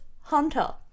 Hunter